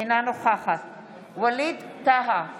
אינה נוכחת ווליד טאהא,